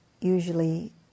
usually